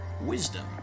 Wisdom